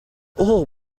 orr